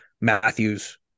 Matthews